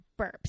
burps